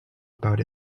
about